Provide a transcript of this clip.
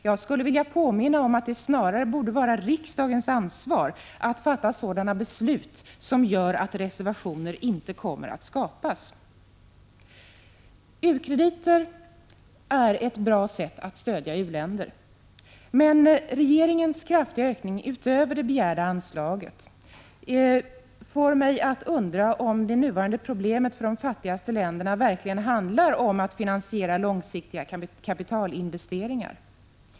Jag skulle vilja hävda att det snarare borde vara riksdagens ansvar att fatta sådana beslut att reservationer inte kommer att skapas. U-krediter är ett bra sätt att stödja u-länder, men regeringens kraftiga ökning utöver det begärda anslaget får mig att undra om det nuvarande problemet för de fattigaste länderna verkligen är att finansiera långsiktiga kapitalinvesteringar.